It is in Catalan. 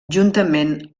juntament